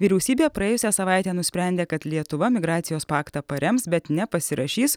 vyriausybė praėjusią savaitę nusprendė kad lietuva migracijos paktą parems bet nepasirašys